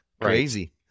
crazy